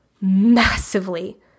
massively